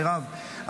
מירב,